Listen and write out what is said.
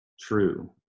true